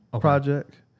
project